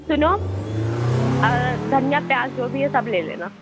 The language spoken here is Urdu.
سُنو دھنیا پیاز جو بھی ہے سب لے لینا